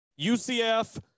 UCF